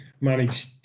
managed